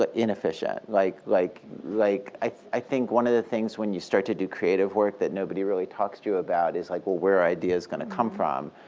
ah inefficient. like like like i think one of the things when you start to do creative work that nobody really talks to you about is, like where are ideas going to come from?